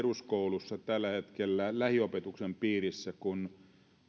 peruskoulussa tällä hetkellä lähiopetuksen piirissä kun